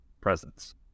presence